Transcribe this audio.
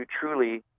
truly